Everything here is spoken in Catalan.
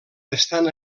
estan